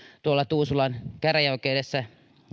tuolla tuusulan käräjäoikeudessa